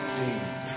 deep